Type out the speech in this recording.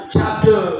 Chapter